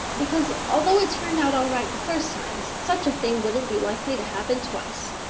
because, although it turned out all right the first time, such a thing wouldn't be likely to happen twice.